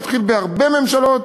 זה התקיים בהרבה ממשלות